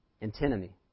Antinomy